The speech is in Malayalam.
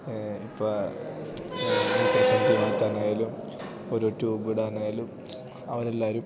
ഇപ്പം മാറ്റാനായാലും ഒരു ട്യൂബ് ഇടാനായാലും അവർ എല്ലാവരും